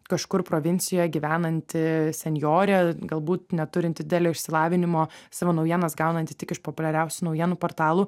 kažkur provincijoje gyvenanti senjorė galbūt neturinti didelio išsilavinimo savo naujienas gaunanti tik iš populiariausių naujienų portalų